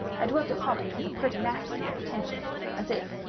i dwelt upon it with a pertinacity of attention as if,